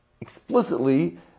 explicitly